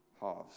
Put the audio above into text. halves